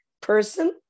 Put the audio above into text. person